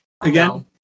again